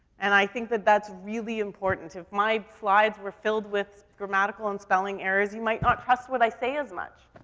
and i think that that's really important. if my slides were filled with grammatical and spelling errors, you might not trust what i say as much.